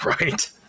right